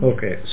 Okay